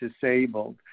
disabled